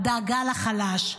הדאגה לחלש,